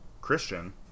Christian